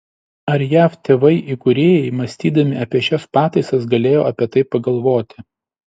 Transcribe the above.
ar jav tėvai įkūrėjai mąstydami apie šias pataisas galėjo apie tai pagalvoti